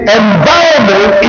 environment